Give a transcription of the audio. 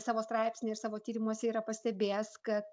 savo straipsny ir savo tyrimuose yra pastebėjęs kad